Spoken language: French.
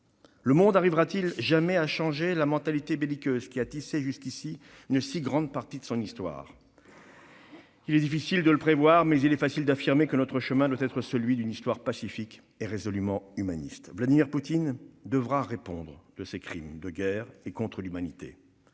Le monde arrivera-t-il jamais à changer la mentalité belliqueuse qu'il a tissée jusqu'à présent, pendant une si grande partie de son histoire ? Il est difficile de le prévoir, mais il est facile d'affirmer que notre chemin doit être celui d'une Histoire pacifique et résolument humaniste. Vladimir Poutine devra répondre de ses crimes de guerre et contre l'humanité,